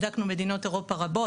בדקנו מדינות רבות באירופה,